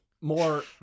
More